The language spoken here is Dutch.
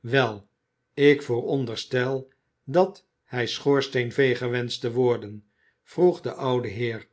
wel ik vooronderstel dat hij schoorsteenveger wenscht te worden vroeg de oude heer